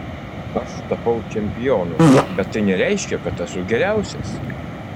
aš tapau čempionu bet tai nereiškia kad esu geriausias